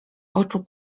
oczu